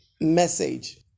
Message